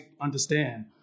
understand